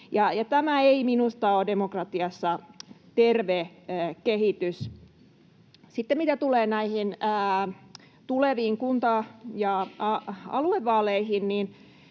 Tämä ei minusta ole demokratiassa terve kehitys. Sitten mitä tulee näihin tuleviin kunta‑ ja aluevaaleihin,